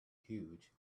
huge